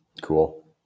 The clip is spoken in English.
Cool